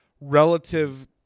relative